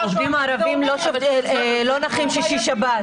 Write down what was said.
העובדים הערבים לא נחים שישי-שבת.